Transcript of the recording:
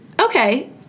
okay